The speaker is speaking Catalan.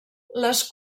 les